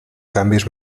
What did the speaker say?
canvis